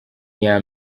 iya